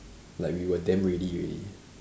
like we were damn ready already